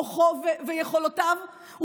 מוחו ויכולותיו,